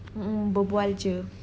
mm mm berbual jer